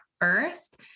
first